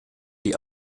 die